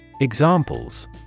Examples